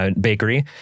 bakery